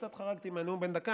קצת חרגתי מהנאום בן הדקה.